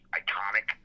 iconic